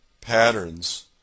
patterns